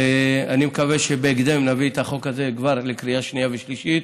ואני מקווה שבהקדם נביא את החוק הזה כבר לקריאה שנייה ושלישית,